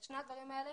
את שני הדברים האלה